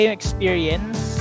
experience